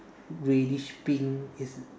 reddish pink is